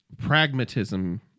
pragmatism